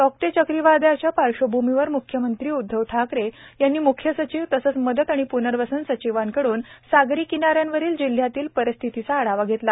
Tauktae चक्रीवादळाच्या पार्श्वभूमीवर मुख्यमंत्री उद्धव ठाकरे यांनी मुख्य सचिव तसेच मदत व प्नर्वसन सचिवांकडून सागरी किनाऱ्यांवरील जिल्ह्यांतील परिस्थितीचा आढावा घेतला